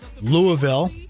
Louisville